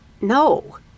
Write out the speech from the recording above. No